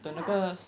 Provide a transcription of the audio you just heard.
yeah lah